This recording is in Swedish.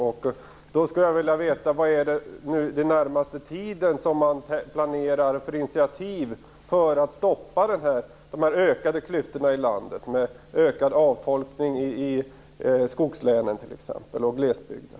Jag skulle vilja veta vilka initiativ man planerar under den närmaste tiden för att stoppa de ökade klyftorna i landet, med ökad avfolkning i skogslänen och glesbygden.